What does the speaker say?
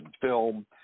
film